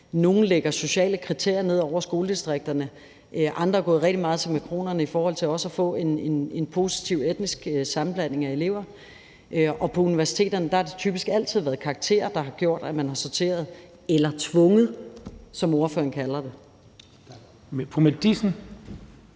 Nogle lægger sociale kriterier ned over skoledistrikterne. Andre er gået rigtig meget til makronerne i forhold til også at få en positiv etnisk sammenblanding af elever. Og på universiteterne har det typisk altid været karakterer, der har gjort, at man har sorteret eller tvunget, som ordføreren kalder det. Kl.